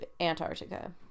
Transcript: Antarctica